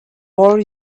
war